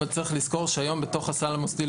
אבל צריך לזכור שהיום בתוך הסל המוסדי,